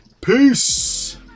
Peace